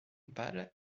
pâle